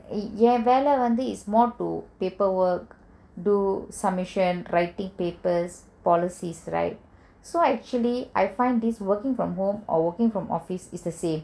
I eh வேல வந்து:vela vanthu is more to paper work do submission writing papers policies right so actually I find this working from home or working from office is the same